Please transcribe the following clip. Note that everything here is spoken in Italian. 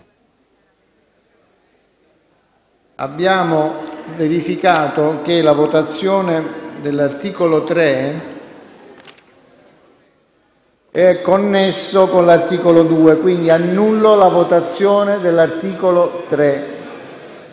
altresì verificato che anche la votazione dell'articolo 3 è connessa all'articolo 2, annullo la votazione dell'articolo 3.